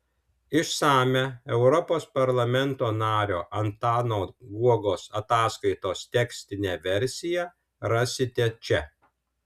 išsamią europos parlamento nario antano guogos ataskaitos tekstinę versiją rasite čia